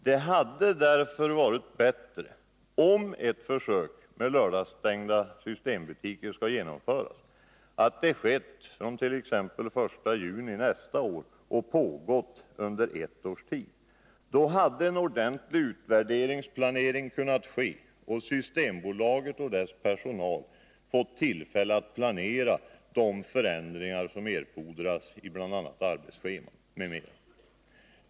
Det hade därför varit bättre — om ett försök med lördagsstängda systembutiker skall genomföras — att det hade skett från t.ex. den 1 juni nästa år och pågått under ett års tid. Då hade en ordentlig utvärderingsplanering kunnat ske och Systembolaget och dess personal hade fått tillfälle att planera de förändringar i arbetsscheman m.m. som erfordras.